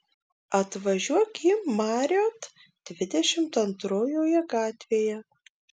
atvažiuok į marriott dvidešimt antrojoje gatvėje